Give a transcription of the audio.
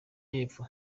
y’epfo